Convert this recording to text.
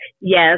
yes